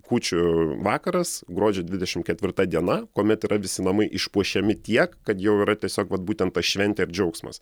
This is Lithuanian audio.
kūčių vakaras gruodžio dvidešim ketvirta diena kuomet yra visi namai išpuošiami tiek kad jau yra tiesiog vat būtent ta šventė ir džiaugsmas